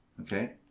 Okay